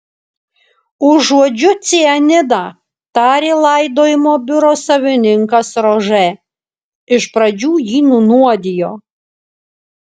užuodžiu cianidą tarė laidojimo biuro savininkas rožė iš pradžių jį nunuodijo